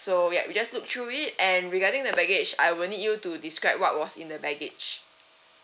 so ya you just look through it and regarding the baggage I will need you to describe what was in the baggage